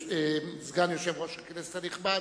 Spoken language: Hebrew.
סגן יושב-ראש הכנסת הנכבד,